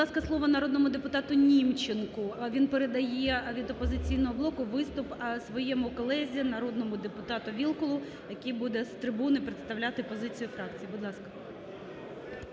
Будь ласка, слово народному депутату Німченку. Він передає від "Опозиційного блоку" виступ своєму колезі народному депутату Вілкулу, який буде з трибуни представляти позицію фракції. Будь ласка.